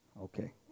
Okay